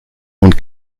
und